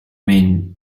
mean